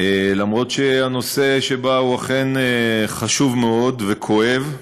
אף-על-פי שהנושא שבה הוא אכן חשוב מאוד וכואב,